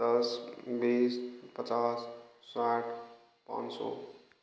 दस बीस पचास साठ पाँच सौ